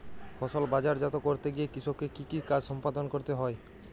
ফসল বাজারজাত করতে গিয়ে কৃষককে কি কি কাজ সম্পাদন করতে হয়?